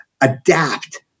adapt